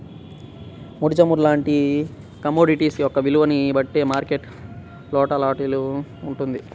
ముడి చమురు లాంటి కమోడిటీస్ యొక్క విలువని బట్టే మార్కెట్ వోలటాలిటీ వుంటది